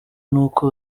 n’uko